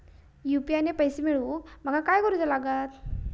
UPI ने पैशे मिळवूक माका काय करूचा लागात?